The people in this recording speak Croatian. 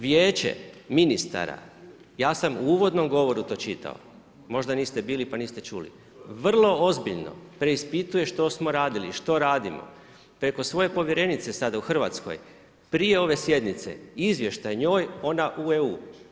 Vijeće ministara, ja sam u uvodnom govoru to čitao, možda niste bili pa niste čuli, vrlo ozbiljno preispituje što smo radili i što radimo preko svoje povjerenice sada u Hrvatskoj, prije ove sjednice izvještaj njoj, ona u EU.